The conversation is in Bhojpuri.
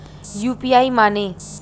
यू.पी.आई माने?